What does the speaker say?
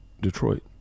Detroit